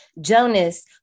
Jonas